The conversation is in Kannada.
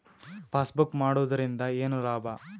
ಪಾಸ್ಬುಕ್ ಮಾಡುದರಿಂದ ಏನು ಲಾಭ?